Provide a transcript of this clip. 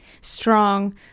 strong